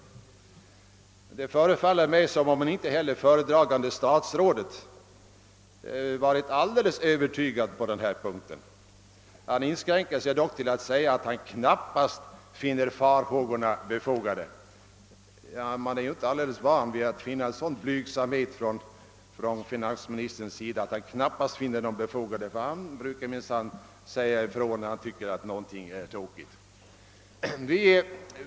Det förefaller mig också som om inte heller det föredragande statsrådet varit alldeles övertygad härvidlag, eftersom han inskränker sig till att säga att han »knappast» finner farhågorna befogade. Man är ju inte alldeles van vid att finna en sådan blygsamhet hos finansministern. Han brukar minsann säga ifrån när han tycker någonting är fel.